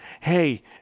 hey